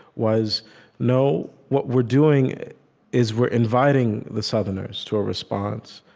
was no what we're doing is, we're inviting the southerners to a response,